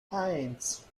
eins